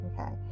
okay